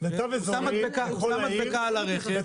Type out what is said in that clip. הוא שם מדבקה על הרכב,